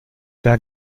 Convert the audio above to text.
der